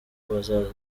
baza